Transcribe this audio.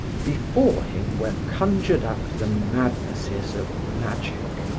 before him were conjured up the madnesses of magic,